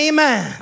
Amen